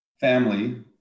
family